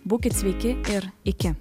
būkit sveiki ir iki